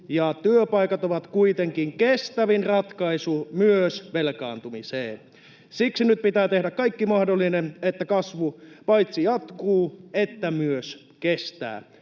työpaikat ovat kuitenkin kestävin ratkaisu myös velkaantumiseen. [Petteri Orpo: Hyvä!] Siksi nyt pitää tehdä kaikki mahdollinen, että kasvu paitsi jatkuu myös kestää.